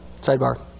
Sidebar